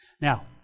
Now